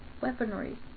weaponry